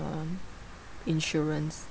um insurance